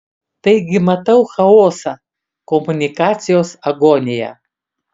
taigi matau chaosą komunikacijos agoniją